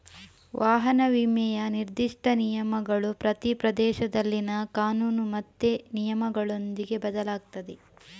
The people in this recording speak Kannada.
ವಾಹನ ವಿಮೆಯ ನಿರ್ದಿಷ್ಟ ನಿಯಮಗಳು ಪ್ರತಿ ಪ್ರದೇಶದಲ್ಲಿನ ಕಾನೂನು ಮತ್ತೆ ನಿಯಮಗಳೊಂದಿಗೆ ಬದಲಾಗ್ತದೆ